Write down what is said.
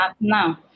now